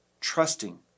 trusting